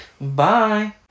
Bye